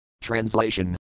Translation